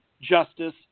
justice